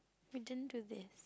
we didn't do this